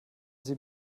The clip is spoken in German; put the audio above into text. sie